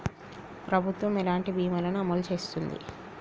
ప్రభుత్వం ఎలాంటి బీమా ల ను అమలు చేస్తుంది?